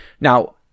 Now